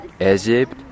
Egypt